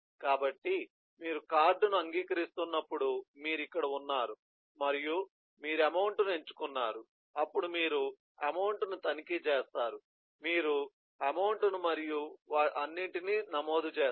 కాబట్టి మీరు కార్డు ను అంగీకరిస్తున్నప్పుడు మీరు ఇక్కడ ఉన్నారు మరియు మీరు అమౌంట్ ను ఎంచుకున్నారు అప్పుడు మీరు అమౌంట్ ను తనిఖీ చేసారు మీరు అమౌంట్ ను మరియు అన్నింటినీ నమోదు చేస్తారు